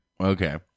Okay